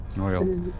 Oil